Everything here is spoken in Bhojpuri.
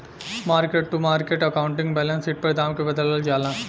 market to market accounting balance sheet पर दाम के बदलल जाला